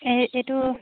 এই এইটো